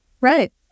Right